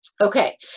Okay